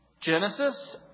Genesis